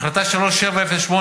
החלטה 3708,